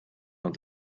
und